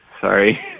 Sorry